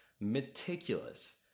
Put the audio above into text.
meticulous